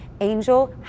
Angel